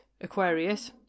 Aquarius